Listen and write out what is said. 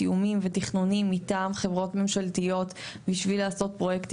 תיאומים ותכנונים מטעם חברות ממשלתיות בשביל לעשות פרויקטים